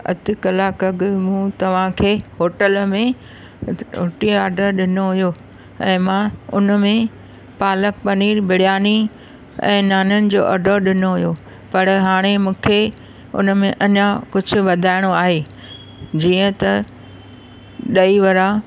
अधु कलाकु अॻु मूं तव्हांखे होटल में रोटीअ ऑडर ॾिनो हुओ ऐं मां उन में पालक पनीर बिरयानी ऐं नाननि जो ऑडर ॾिनो हुओ पर हाणे मूंखे उन में अञा कुझु वधाइणो आहे जीअं त दही वड़ा